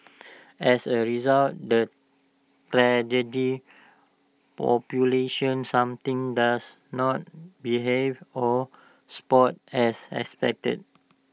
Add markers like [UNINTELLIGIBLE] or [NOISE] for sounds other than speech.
as A result the [UNINTELLIGIBLE] population something does not behave or Sport as expected